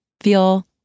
feel